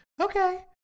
Okay